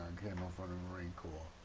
came home from the marine corps.